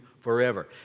forever